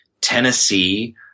Tennessee